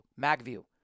MagView